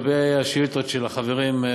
לגבי השאילתות של החברים,